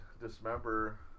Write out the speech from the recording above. Dismember